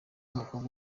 umukobwa